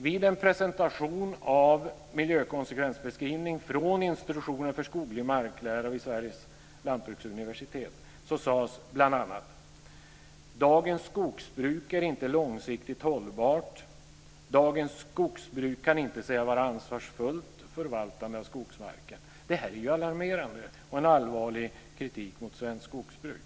Vid en presentation av en miljökonsekvensbeskrivning från Institutionen för skoglig marklära vid Sveriges Lantbruksuniversitet sades bl.a. att "dagens skogsbruk inte är långsiktigt hållbart och att dagens skogsbruk inte kan sägas vara ansvarsfullt förvaltande av skogsmarken". Detta är alarmerande och en allvarlig kritik mot svenskt skogsbruk.